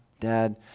dad